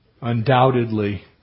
undoubtedly